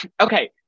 okay